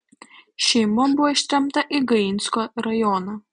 šeima buvo ištremta į gainsko rajoną